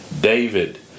David